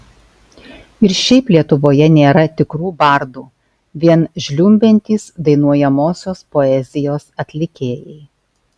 ir šiaip lietuvoje nėra tikrų bardų vien žliumbiantys dainuojamosios poezijos atlikėjai